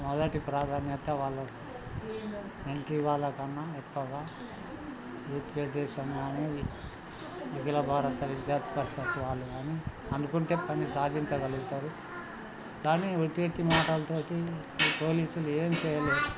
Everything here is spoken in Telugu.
మొదటి ప్రాధాన్యత వాళ్ళు ఇంటి వాళ్ళకన్నా ఎక్కువగా యూత్ ఫెడరేషన్ కానీ అఖిల భారత విద్యార్థి పరిషత్ వాళ్ళు కానీ అనుకుంటే పని సాధించగలుగుతారు కానీ వట్టి వట్టి మాటలతో పోలీసులు ఏం చేయలేదు